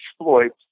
exploits